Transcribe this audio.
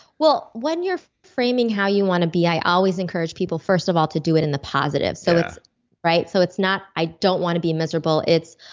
well, when you're framing how you want to be, i always encourage people first of all to do it in the positive, so so it's not, i don't want to be miserable, it's,